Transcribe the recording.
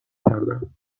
کردم